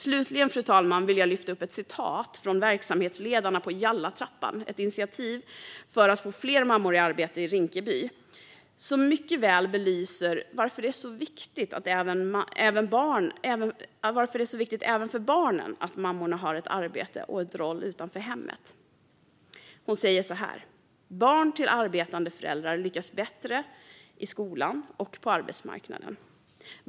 Slutligen, fru talman, vill jag lyfta upp ett citat från verksamhetsledarna på Yalla Trappan, ett initiativ för att få fler mammor i arbete i Rinkeby, som mycket väl belyser varför det är så viktigt även för barnen att mammorna har ett arbete och en roll utanför hemmet. Man säger så här: Barn till arbetande föräldrar lyckas bättre i skolan och på arbetsmarknaden.